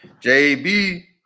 JB